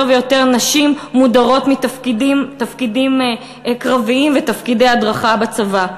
ויותר נשים מודרות מתפקידים קרביים ותפקידי הדרכה בצבא.